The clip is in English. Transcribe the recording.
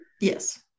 yes